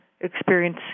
experience